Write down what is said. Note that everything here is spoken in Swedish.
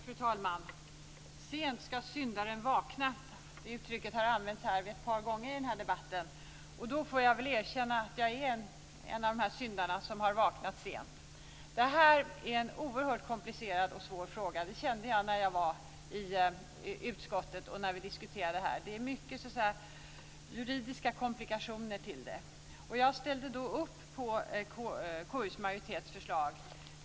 Fru talman! Sent ska syndaren vakna. Det uttrycket har använts ett par gånger i debatten, och jag får erkänna att jag är en av de syndare som har vaknat sent. Det här är en oerhört komplicerad och svår fråga. Det kände jag i utskottet och när vi har diskuterat här. Det tillkommer många juridiska komplikationer. Jag ställde då upp på KU:s majoritets förslag.